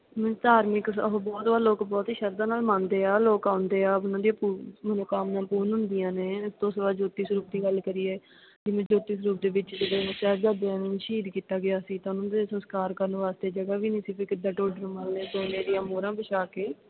ਧਾਰਮਿਕ ਉਹ ਬਹੁਤ ਲੋਕ ਬਹੁਤ ਹੀ ਸ਼ਰਧਾ ਨਾਲ ਮੰਨਦੇ ਆ ਲੋਕ ਆਉਂਦੇ ਆ ਉਹਨਾਂ ਦੀਆਂ ਪੂ ਮਨੋਕਾਮਨਾ ਪੂਰਨ ਹੁੰਦੀਆਂ ਨੇ ਉਸ ਤੋਂ ਬਾਅਦ ਜੋਤੀ ਸਰੂਪ ਦੀ ਗੱਲ ਕਰੀਏ ਜਿਵੇਂ ਜੋਤੀ ਸਰੂਪ ਦੇ ਵਿੱਚ ਸਾਹਿਬਜ਼ਾਦਿਆਂ ਨੂੰ ਸ਼ਹੀਦ ਕੀਤਾ ਗਿਆ ਸੀ ਤਾਂ ਉਹਨਾਂ ਦੇ ਸੰਸਕਾਰ ਕਰਨ ਵਾਸਤੇ ਜਗ੍ਹਾ ਵੀ ਨਹੀਂ ਸੀ ਵੀ ਕਿੱਦਾਂ ਟੋਡਰ ਮੱਲ ਨੇ ਸੋਨੇ ਦੀਆਂ ਮੋਹਰਾਂ ਵਿਛਾ ਕੇ